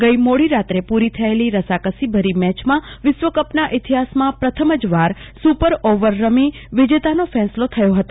ગઈ મોદી રાત્રે પૂરી થયેલી રસાકસીભરી મેચમાં વિશ્વકપના ઇતિહાસમાં પ્રથમવાર જ સુપર ઓવર રમી વિજેતાનો ફેસલો થયો હતો